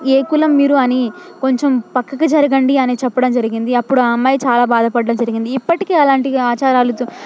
ఏ కులం మీరు అని కొంచెం ప్రక్కకి జరగండి అని చెప్పడం జరిగింది అప్పుడు అమ్మాయి చాలా బాధపడటం జరిగింది ఇప్పటికీ అలాంటి ఆచారాలతో